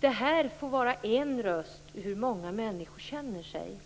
Det här får vara en röst för hur många människor känner sig.